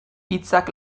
hitzak